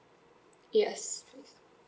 yes